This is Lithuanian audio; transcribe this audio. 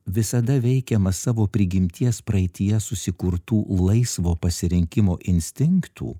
visada veikiamas savo prigimties praeityje susikurtų laisvo pasirinkimo instinktų